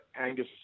Angus